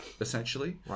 essentially